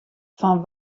fan